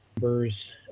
numbers